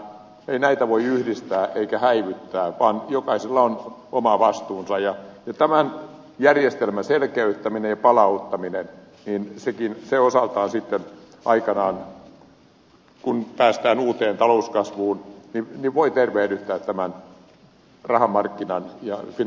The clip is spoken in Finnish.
ei näitä voi yhdistää eikä häivyttää vaan jokaisella on oma vastuunsa ja tämän järjestelmän selkeyttäminen ja palauttaminen osaltaan sitten aikanaan kun päästään uuteen talouskasvuun voi tervehdyttää tämän rahamarkkinan ja finanssiympäristön